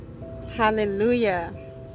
Hallelujah